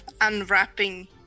unwrapping